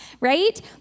right